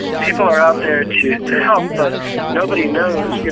people are out there to to help, but nobody knows.